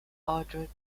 ordered